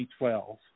2012